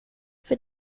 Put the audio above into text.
för